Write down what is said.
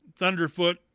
Thunderfoot